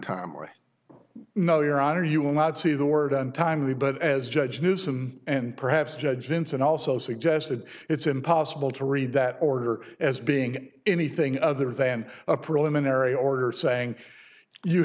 time or no your honor you will not see the word untimely but as judge newsome and perhaps judge vinson also suggested it's impossible to read that order as being anything other than a preliminary order saying you